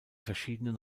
verschiedenen